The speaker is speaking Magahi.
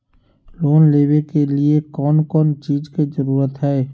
लोन लेबे के लिए कौन कौन चीज के जरूरत है?